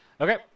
Okay